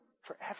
Forever